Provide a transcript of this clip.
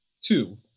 Two